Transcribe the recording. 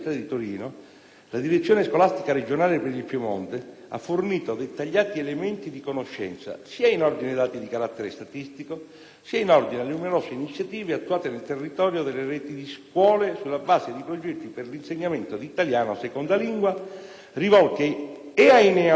la direzione scolastica regionale per il Piemonte ha fornito dettagliati elementi di conoscenza sia in ordine ai dati di carattere statistico, sia in ordine alle numerose iniziative attuate nel territorio dalle reti di scuole sulla base di progetti per l'insegnamento di italiano seconda lingua rivolti e ai neo-arrivati